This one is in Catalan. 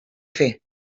fer